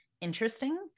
interesting